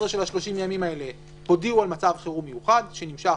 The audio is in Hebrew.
של 30 הימים האלה הודיעו על מצב חירום מיוחד שנמשך,